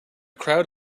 crowd